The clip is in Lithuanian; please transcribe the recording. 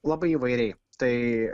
labai įvairiai tai